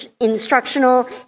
Instructional